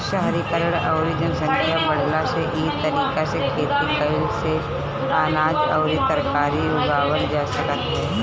शहरीकरण अउरी जनसंख्या बढ़ला से इ तरीका से खेती कईला से अनाज अउरी तरकारी उगावल जा सकत ह